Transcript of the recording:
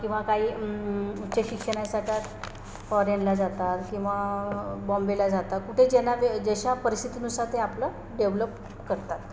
किंवा काही उच्च शिक्षणासाठी फॉरेनला जातात किंवा बॉम्बेला जातात कुठे ज्यांना व जशा परिस्थितीनुसार ते आपलं डेव्हलप करतात